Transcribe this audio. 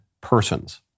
persons